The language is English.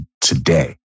today